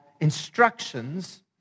instructions